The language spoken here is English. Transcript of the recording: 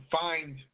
find